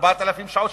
4,000 שעות,